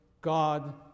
God